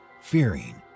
fearing